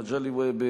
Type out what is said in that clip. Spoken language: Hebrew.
מגלי והבה,